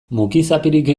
mukizapirik